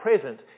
present